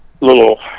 little